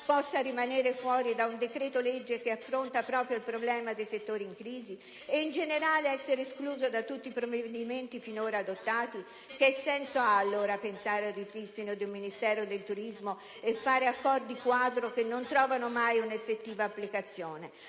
possa rimanere fuori da un decreto-legge che affronta proprio il problema dei settori in crisi? E in generale essere escluso da tutti i provvedimenti finora adottati? Che senso ha allora pensare al ripristino di un Ministero del turismo e fare accordi-quadro che non trovano mai una effettiva applicazione?